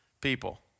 people